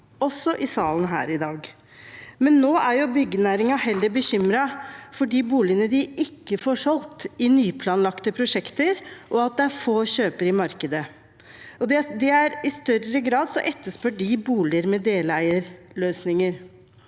gjør i salen her i dag. Men nå er byggenæringen heller bekymret for de boligene de ikke får solgt i nyplanlagte prosjekter, og for at det er få kjøpere i markedet. De etterspør i større grad boliger med deleierløsninger.